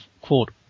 quote